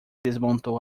desmontou